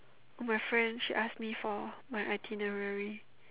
my friends she ask me for my itinerary